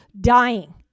dying